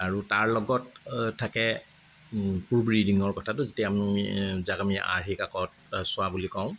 আৰু তাৰ লগত থাকে প্ৰুভ ৰীডিঙৰ কথাটো যেতিয়া আমি যাক আমি আৰ্হি কাকত বা চোৱা বুলি কওঁ